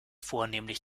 vornehmlich